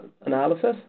analysis